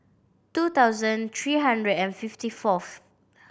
two thousand three hundred and fifty fourth